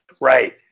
Right